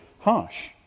harsh